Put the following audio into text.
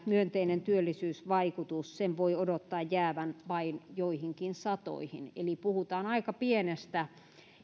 myönteisen työllisyysvaikutuksen voi odottaa jäävän vain joihinkin satoihin eli puhutaan aika pienestä